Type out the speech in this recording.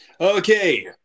Okay